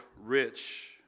rich